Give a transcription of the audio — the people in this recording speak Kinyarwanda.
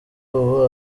ubu